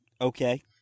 Okay